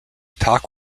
talk